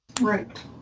Right